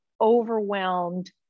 overwhelmed